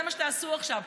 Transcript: זה מה שתעשו עכשיו,